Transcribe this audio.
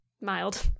mild